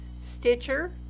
Stitcher